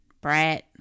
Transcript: Brat